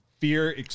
fear